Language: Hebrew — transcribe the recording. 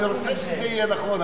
אני רוצה שזה יהיה נכון.